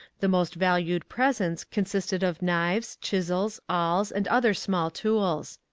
the most valued presents consisted of knives, chisels, awls, and other small tools.